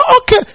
okay